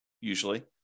usually